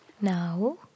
Now